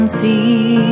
see